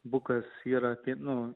bukas yra tik nu